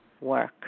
work